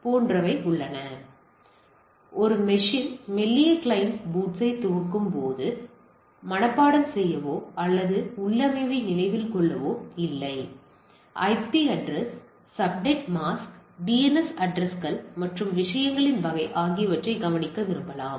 எனவே ஒரு மெஷின் மெல்லிய கிளையன்ட் பூட்ஸை துவக்கும்போது அவற்றை மனப்பாடம் செய்யவோ அல்லது அதன் உள்ளமைவை நினைவில் கொள்ளவோ இல்லை IP address subnet mask DNS அட்ரஸ்கள் மற்றும் விஷயங்களின் வகை ஆகியவற்றைக் கவனிக்க விரும்பலாம்